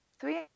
three